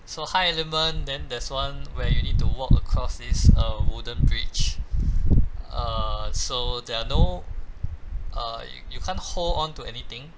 so high element then there's one where you need to walk across this uh wooden bridge err so there are no err you you can't hold onto anything